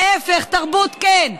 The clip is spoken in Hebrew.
ההפך: תרבות, כן,